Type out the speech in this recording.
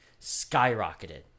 skyrocketed